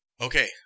Okay